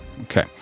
Okay